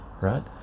right